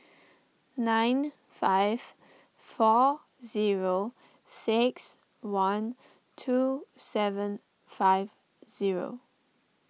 nine five four zero six one two seven five zero